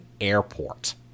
airport